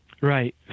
Right